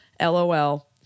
LOL